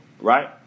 right